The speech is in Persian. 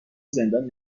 زندان